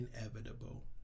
Inevitable